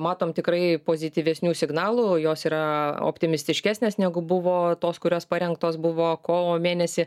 matom tikrai pozityvesnių signalų jos yra optimistiškesnės negu buvo tos kurios parengtos buvo kovo mėnesį